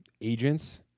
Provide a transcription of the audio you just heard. agents